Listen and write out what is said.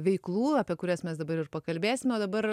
veiklų apie kurias mes dabar ir pakalbėsim o dabar